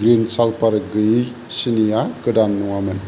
green सालफार गैयि सिनिआ गोदान नङामोन